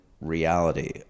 reality